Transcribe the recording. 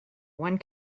one